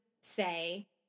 say